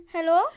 Hello